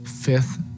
fifth